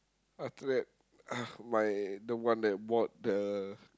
after that uh my the one that bought the